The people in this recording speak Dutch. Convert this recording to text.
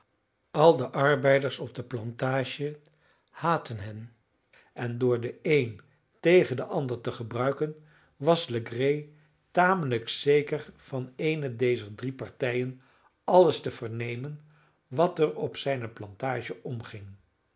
al de arbeiders op de plantage haatten hen en door den een tegen den ander te gebruiken was legree tamelijk zeker van eene dezer drie partijen alles te vernemen wat er op zijne plantage omging